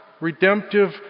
redemptive